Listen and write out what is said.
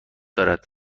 دارد